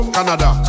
Canada